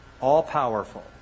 all-powerful